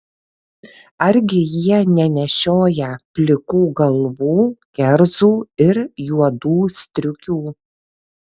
argi jie nenešioja plikų galvų kerzų ir juodų striukių